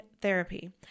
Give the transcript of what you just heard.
therapy